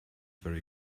very